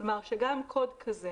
זאת אומרת, שגם קוד כזה